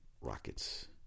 Rockets